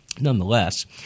Nonetheless